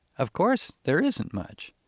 of course, there isn't much.